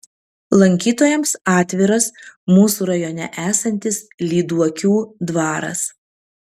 lankytojams atviras mūsų rajone esantis lyduokių dvaras